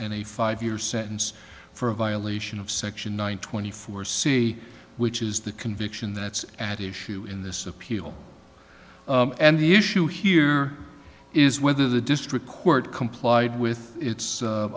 and a five year sentence for a violation of section one twenty four c which is the conviction that's at issue in this appeal and the issue here is whether the district court complied with its